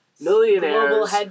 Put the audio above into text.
millionaires